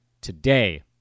today